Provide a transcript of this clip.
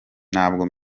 ntabwo